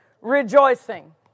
rejoicing